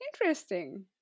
Interesting